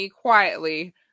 quietly